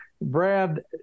Brad